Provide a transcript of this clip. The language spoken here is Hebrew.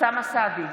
אוסאמה סעדי,